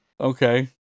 Okay